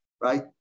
right